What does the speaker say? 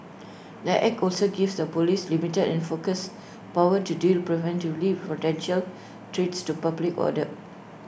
the act also gives the Police limited and focused powers to deal preemptively with potential threats to public order